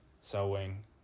sewing